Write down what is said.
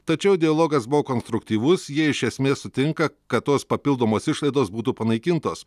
tačiau dialogas buvo konstruktyvus jie iš esmės sutinka kad tos papildomos išlaidos būtų panaikintos